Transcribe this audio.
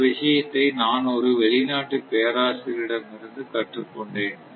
இந்த விஷயத்தை நான் ஒரு வெளிநாட்டு பேராசிரியரிடம் இருந்து கற்றுக்கொண்டேன்